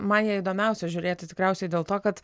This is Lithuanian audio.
man ją įdomiausia žiūrėti tikriausiai dėl to kad